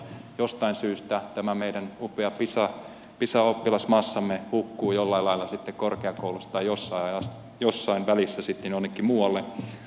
jostain syystä tämä meidän upea pisa oppilasmassamme hukkuu jollain lailla korkeakouluissa tai jossain välissä sitten jonnekin muualle